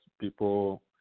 people